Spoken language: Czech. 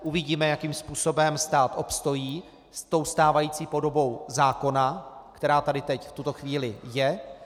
Uvidíme, jakým způsobem stát obstojí s tou stávající podobou zákona, která tady v tuto chvíli je.